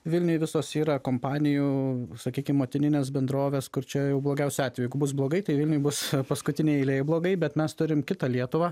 vilniuj visos yra kompanijų sakykim motininės bendrovės kur čia jau blogiausiu atveju jeigu bus blogai tai vilniuj bus paskutinėj eilėj blogai bet mes turim kitą lietuvą